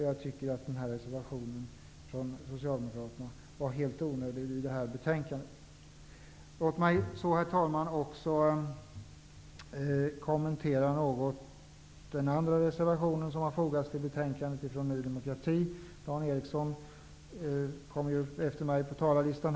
Jag tycker att reservationen från Socialdemokraterna är helt onödig. Låt mig så, herr talman, kommentera något den andra reservation som är fogad till betänkandet, den från Ny demokrati. Jag ser att Dan Eriksson i Stockholm är efter mig på talarlistan.